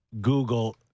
Google